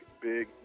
big